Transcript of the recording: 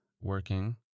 working